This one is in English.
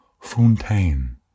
fontaine